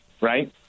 right